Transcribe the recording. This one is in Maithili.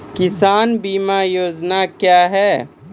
किसान बीमा योजना क्या हैं?